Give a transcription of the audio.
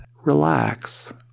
relax